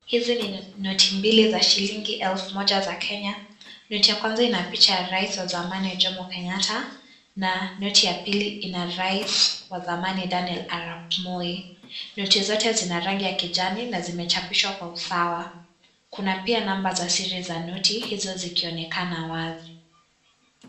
Hizi ni noti mbili za shilingi elfu moja za Kenya. Noti ya kwanza ina picha ya Rais wa zamani, Jomo Kenyatta. Na noti ya pili ina Rais wa zamani, Daniel Arap Moi. Noti zote zina rangi ya kijani na zimechapishwa kwa usawa. Kuna pia namba za siri za noti hizo zikionekana wazi.